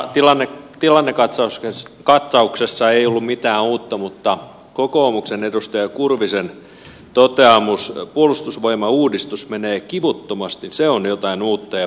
vasemmiston tuomassa tilannekatsauksessa ei ollut mitään uutta mutta kokoomuksen edustaja kurvisen toteamus siitä että puolustusvoimauudistus menee kivuttomasti on jotain uutta ja pöyristyttävää